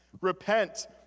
Repent